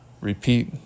Repeat